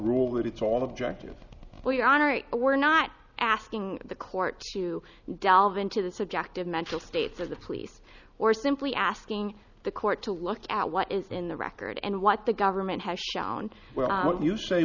rule that it's all objective but your honor we're not asking the court to delve into the subjective mental states or the police or simply asking the court to look at what is in the record and what the government has shown what you say